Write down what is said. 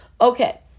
okay